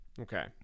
Okay